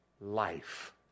life